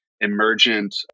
emergent